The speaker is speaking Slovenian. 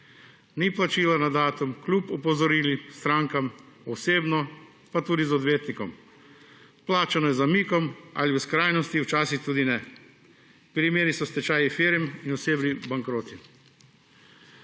Ni plačila na datum kljub opozorilom strankam osebno pa tudi z odvetnikom, plačano je z zamikom ali v skrajnosti včasih tudi ne. Primeri so stečaji firm in osebni bankroti.